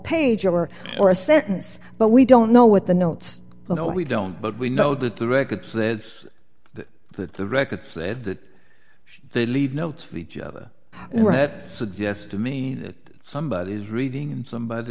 page over or a sentence but we don't know what the notes no we don't but we know that the record says that the record said that they leave notes for each other that suggests to me that somebody is reading and somebody